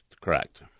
Correct